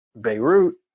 Beirut